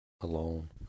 alone